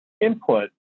input